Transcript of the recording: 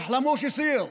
"תחלמוש יציר.